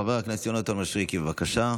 חבר הכנסת יונתן מישרקי, בבקשה.